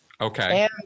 Okay